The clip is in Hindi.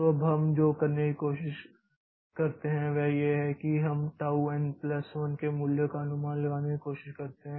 तोअब हम जो करने की कोशिश करते हैं वह यह है कि हम टाऊ एन प्लस 1 के मूल्य का अनुमान लगाने की कोशिश करते हैं